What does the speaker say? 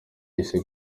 yise